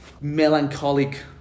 melancholic